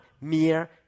mere